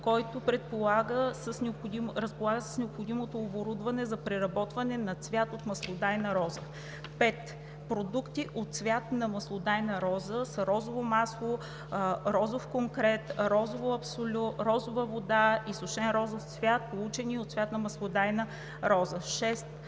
който разполага с необходимото оборудване за преработване на цвят от маслодайна роза. 5. „Продукти от цвят на маслодайна роза“ са розово масло, розов конкрет, розово абсолю, розова вода и сушен розов цвят, получени от цвят на маслодайна роза. 6.